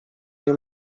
nie